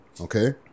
Okay